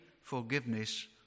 forgiveness